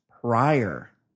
prior